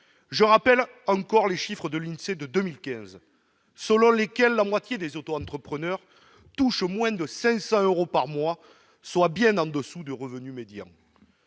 Je rappelle encore les chiffres de l'INSEE de 2015, selon lesquels la moitié des autoentrepreneurs touchent moins de 500 euros par mois, soit bien moins que le revenu médian.